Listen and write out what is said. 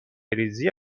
ریزی